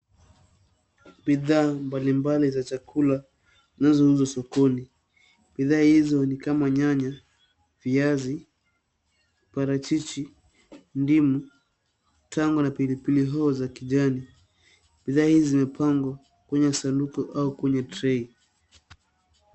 Bidhaa mbalimbali za chakula, zinazouzwa sokoni, bidhaa hizo ni kama nyanya, viazi, parachichi, ndimu, tamu na pilipili hoho za kijani. Bidhaa hizi zimepangwa kwenye sanduku au kwenye tray .